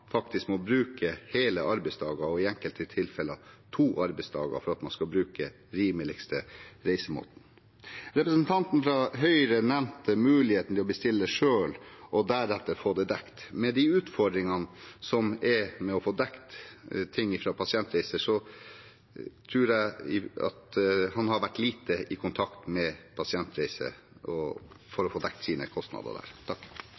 faktisk må bruke hele arbeidsdager og i enkelte tilfeller to arbeidsdager for at man skal bruke rimeligste reisemåte. Representanten fra Høyre nevnte muligheten til å bestille selv og deretter få det dekket. Med de utfordringene som er med å få dekket ting fra Pasientreiser, tror jeg at han har vært lite i kontakt med Pasientreiser for å få dekket sine kostnader der.